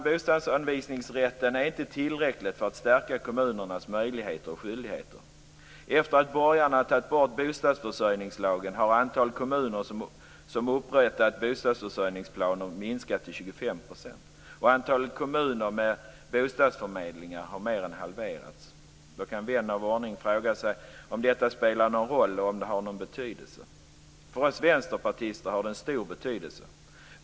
Bostadsanvisningsrätten är inte tillräcklig för att stärka kommunernas möjligheter och skyldigheter. Efter det att borgarna tog bort bostadsförsörjningslagen har andelen kommuner som upprättat bostadsförsörjningsplaner minskat till 25 %. Antalet kommuner med bostadsförmedlingar har mer än halverats. Då kan vän av ordning fråga sig om detta har någon betydelse. För oss vänsterpartister har det stor betydelse.